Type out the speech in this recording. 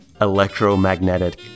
electromagnetic